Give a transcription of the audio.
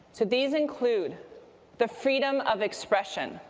so these include the freedom of expression